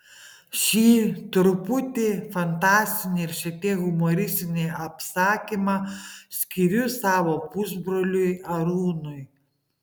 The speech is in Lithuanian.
šį truputį fantastinį ir šiek tiek humoristinį apsakymą skiriu savo pusbroliui arūnui